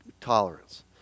tolerance